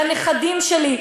לנכדים שלי.